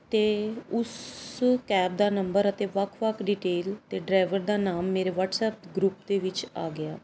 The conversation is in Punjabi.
ਅਤੇ ਉਸ ਕੈਬ ਦਾ ਨੰਬਰ ਅਤੇ ਵੱਖ ਵੱਖ ਡਿਟੇਲ ਅਤੇ ਡਰਾਈਵਰ ਦਾ ਨਾਮ ਮੇਰੇ ਵਟਸਐਪ ਗਰੁੱਪ ਦੇ ਵਿੱਚ ਆ ਗਿਆ